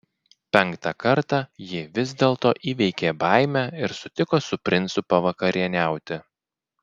penktą kartą ji vis dėlto įveikė baimę ir sutiko su princu pavakarieniauti